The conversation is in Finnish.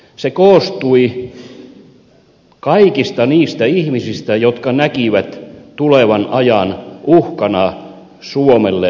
se koostui kaikista niistä ihmisistä jotka näkivät tulevan ajan uhkana suomelle ja suomalaisille